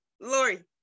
Lori